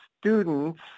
students